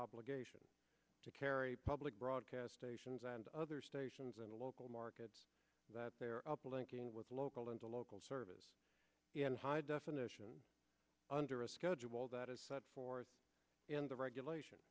obligation to carry public broadcast ations and other stations in the local markets that they are up linking with local and to local services in high definition under a schedule that is set forth in the regulation